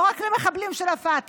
לא רק למחבלים של הפתח,